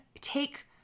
take